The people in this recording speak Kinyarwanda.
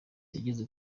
yageze